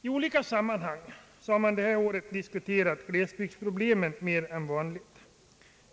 I olika sammanhang har man under det här året diskuterat glesbygdsproblemen mer än vanligt.